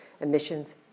emissions